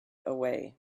away